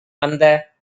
அந்த